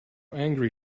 angry